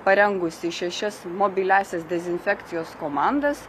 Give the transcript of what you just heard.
parengusi šešias mobiliąsias dezinfekcijos komandas